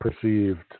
perceived